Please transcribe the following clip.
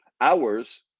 hours